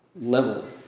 level